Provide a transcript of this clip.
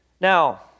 Now